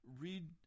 Read